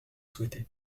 souhaiter